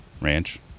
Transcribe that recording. ranch